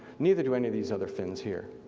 neither do any of these other fins here.